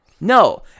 No